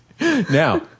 Now